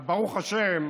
אז ברוך השם,